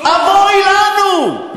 אבוי לנו.